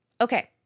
Okay